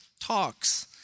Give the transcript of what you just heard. talks